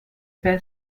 per